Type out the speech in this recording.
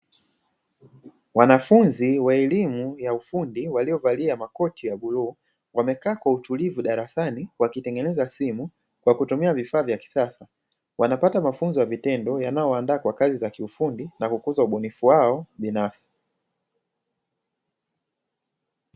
Wanafunzi wa elimu ya ufundi waliovalia makoti ya bluu, wamekaa kwa utulivu darasani wakitengeneza simu kwa kutumia vifaa vya kisasa, wanapata mafunzo ya vitendo yanayowandaa kwa kazi za kiufundi na kukuza ubunifu wao binafsi.